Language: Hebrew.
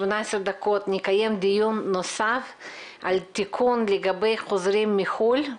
דיון נוסף על תיקון לגבי חוזרים מחו"ל.